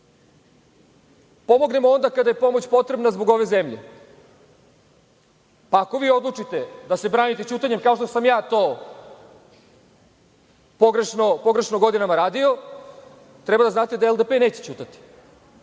pomognemo onda kada je pomoć potrebna zbog ove zemlje, pa ako vi odlučite da se branite ćutanjem, kao što sam ja to pogrešno godinama radio, treba da znate da LDP neće ćutati.